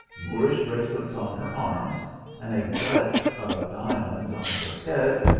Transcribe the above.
moorisn bracelets on her arms an aigrette of diamonds on her head,